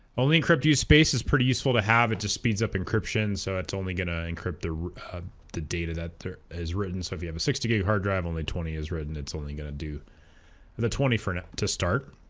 only encrypt use space is pretty useful to have it just speeds up encryption so it's only going to encrypt the the data that is written so if you have a sixty gb hard drive only twenty is written it's only going to do the twenty for and to start